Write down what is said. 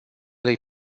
lui